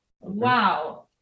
Wow